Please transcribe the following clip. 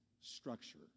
structure